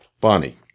Bonnie